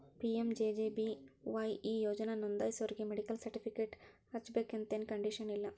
PMJJBY ಈ ಯೋಜನಾ ನೋಂದಾಸೋರಿಗಿ ಮೆಡಿಕಲ್ ಸರ್ಟಿಫಿಕೇಟ್ ಹಚ್ಚಬೇಕಂತೆನ್ ಕಂಡೇಶನ್ ಇಲ್ಲ